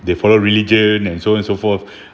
they follow religion and so on so forth